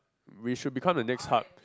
we should become the next hub